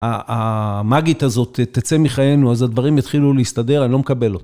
המאגית הזאת תצא מחיינו, אז הדברים יתחילו להסתדר, אני לא מקבל אותה.